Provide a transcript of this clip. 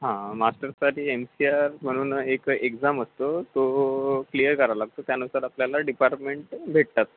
हां मास्टर्ससाठी M C R म्हणून एक एक्झाम असतो तो क्लिअर करावा लागतो त्यानुसार आपल्याला डिपार्टमेंट भेटतात